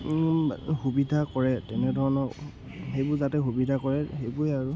সুবিধা কৰে তেনেধৰণৰ সেইবোৰ যাতে সুবিধা কৰে সেইবোৰে আৰু